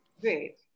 Great